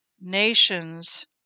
nations